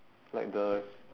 like the